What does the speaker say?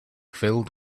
filled